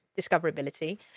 discoverability